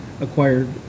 acquired